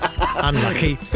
Unlucky